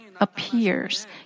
Appears